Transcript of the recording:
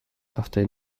after